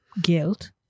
guilt